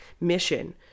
mission